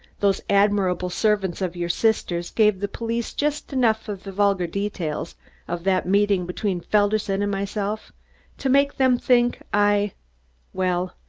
those admirable servants of your sister's gave the police just enough of the vulgar details of that meeting between felderson and myself to make them think i well,